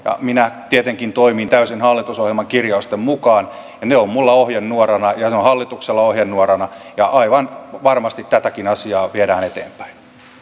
minä tietenkin toimin täysin hallitusohjelman kirjausten mukaan ne ovat minulla ohjenuorana ja ne ovat hallituksella ohjenuorana ja aivan varmasti tätäkin asiaa viedään eteenpäin